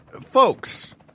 folks